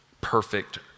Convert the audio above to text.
perfect